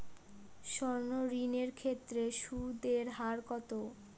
সর্ণ ঋণ এর ক্ষেত্রে সুদ এর হার কত?